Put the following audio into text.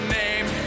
name